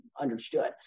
understood